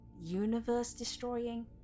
universe-destroying